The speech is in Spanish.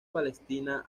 palestina